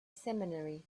seminary